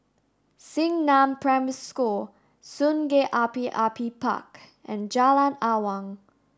Xingnan Primary School Sungei Api Api Park and Jalan Awang